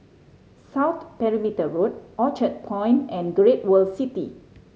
South Perimeter Road Orchard Point and Great World City